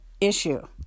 issue